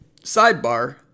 sidebar